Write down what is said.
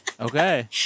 Okay